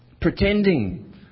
pretending